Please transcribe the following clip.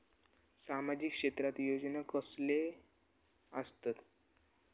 सामाजिक क्षेत्रात योजना कसले असतत?